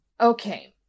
Okay